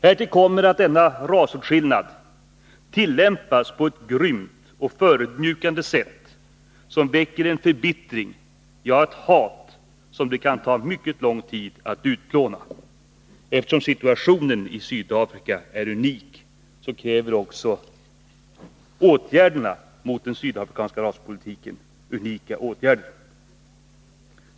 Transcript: Härtill kommer att denna rasåtskillnad tillämpas på ett grymt och förödmjukande sätt som väcker en förbittring, ja, ett hat, som det kan ta mycket lång tid att utplåna. Eftersom situationen i Sydafrika är unik, krävs också unika åtgärder mot den sydafrikanska raspolitiken.